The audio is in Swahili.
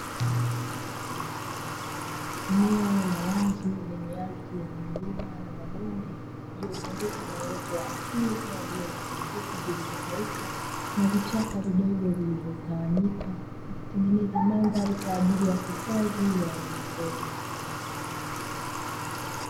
Eneo la wazi lenye ardhi yenye milima na mabonde, iliyozungukwa na uoto wa asili kama vile nyasi fupi zilizokauka, na vichaka vidogo vilivyotawanyika, na kutengeneza mandhari kwa ajili ya hifadhi ya wanyama pori.